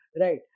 Right